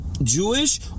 Jewish